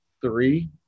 three